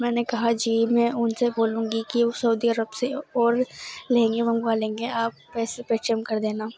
میں نے کہا جی میں ان سے بولوں گی کہ وہ سعودی عرب سے اور لہنگے منگوا لیں گے آپ پیسے پے ٹی ایم کر دینا